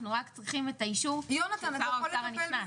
אנחנו רק צריכים את האישור של שר האוצר הנכנס.